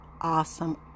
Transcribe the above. awesome